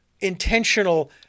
intentional